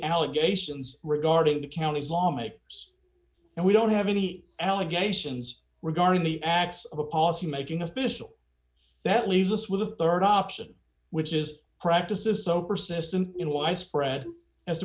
allegations regarding the county's lawmakers and we don't have any allegations regarding the acts of a policymaking official that leaves us with a rd option which is practices so persistent in widespread as to